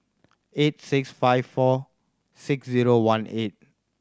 eight six five four six zero one eight